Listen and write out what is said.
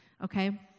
okay